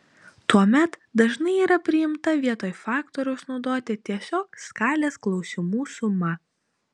tuomet dažnai yra priimta vietoj faktoriaus naudoti tiesiog skalės klausimų sumą